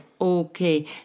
Okay